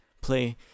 Play